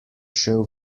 šel